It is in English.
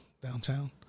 downtown